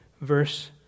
verse